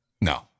No